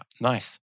nice